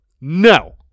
No